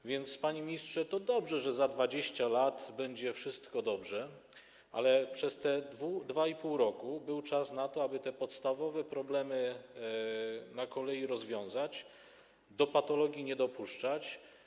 A więc, panie ministrze, to dobrze, że za 20 lat będzie wszystko dobrze, ale przez te 2,5 roku był czas na to, aby te podstawowe problemy na kolei rozwiązać, do patologii nie dopuszczać.